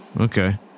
Okay